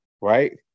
right